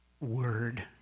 word